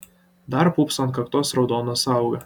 dar pūpso ant kaktos raudona sąauga